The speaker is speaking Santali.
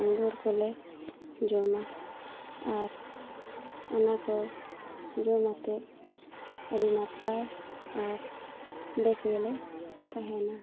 ᱟᱸᱜᱩᱨ ᱠᱚᱞᱮ ᱡᱚᱢᱟ ᱟᱨ ᱚᱱᱟ ᱠᱚ ᱡᱚᱢᱟᱛᱮ ᱟᱹᱰᱤ ᱱᱟᱯᱟᱭ ᱟᱨ ᱵᱮᱥ ᱜᱮᱞᱮ ᱛᱟᱦᱮᱱᱟ